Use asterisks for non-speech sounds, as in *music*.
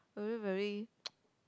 very very *noise*